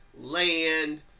land